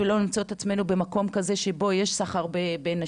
בשביל לא למצוא את עצמנו במקום כזה שיש בו סחר בנשים,